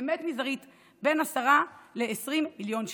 באמת מזערית: בין 10 ל-20 מיליון שקל.